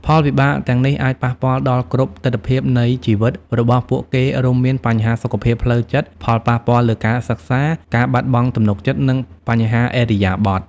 ផលវិបាកទាំងនេះអាចប៉ះពាល់ដល់គ្រប់ទិដ្ឋភាពនៃជីវិតរបស់ពួកគេ រួមមាន បញ្ហាសុខភាពផ្លូវចិត្ត ផលប៉ះពាល់លើការសិក្សា ការបាត់បង់ទំនុកចិត្ត និងបញ្ហាឥរិយាបថ។